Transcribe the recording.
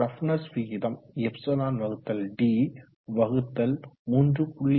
roughness விகிதம் εd வகுத்தல் 3